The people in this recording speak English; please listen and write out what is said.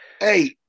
Hey